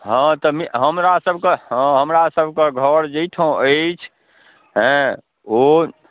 हँ तऽ हमरासबके हँ हमरासबके घर जाहिठाम अछि हँ ओ